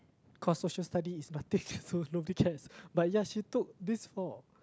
cause social-studies is nothing to nobody cares but ya she took these four